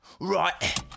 Right